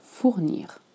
fournir